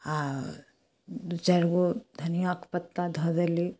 आ दू चारिगो धनियाँके पत्ता धऽ देली